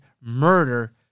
murder